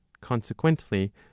consequently